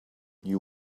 you